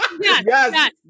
yes